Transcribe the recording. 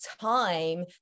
time